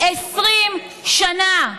20 שנה.